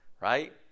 right